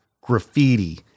graffiti